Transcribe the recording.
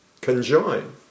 conjoin